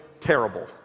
terrible